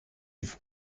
vous